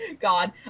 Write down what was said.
God